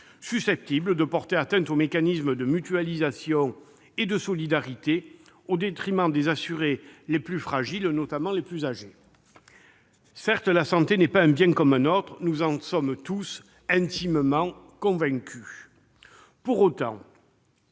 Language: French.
susceptibles de porter atteinte aux mécanismes de mutualisation et de solidarité, au détriment des assurés les plus fragiles, notamment les plus âgés. La santé n'est pas un bien comme un autre. Nous en sommes tous intimement convaincus. Pour autant,